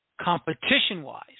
competition-wise